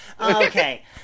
Okay